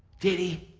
did he?